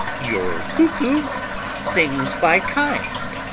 your cuckoo sings by kind.